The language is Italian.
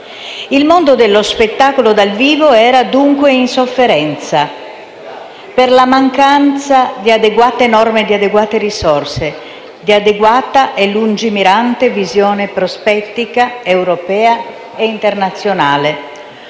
Il mondo dello spettacolo dal vivo era dunque in sofferenza per la mancanza di adeguate norme, di adeguate risorse, di adeguata e lungimirante visione prospettica, europea e internazionale.